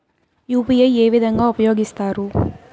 UPI ఏ విధంగా ఉపయోగిస్తారు?